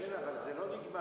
כן, אבל זה לא נגמר.